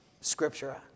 scripture